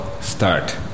Start